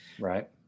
right